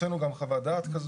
הוצאנו גם חוות דעת כזו.